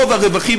רוב הרווחים,